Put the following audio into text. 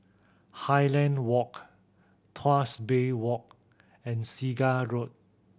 Highland Walk Tuas Bay Walk and Segar Road